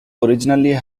originally